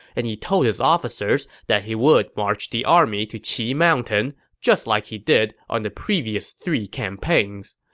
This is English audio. and he told his officers that he would march the army to qi mountain, just like he did on the previous three campaigns.